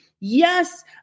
Yes